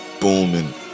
booming